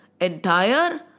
entire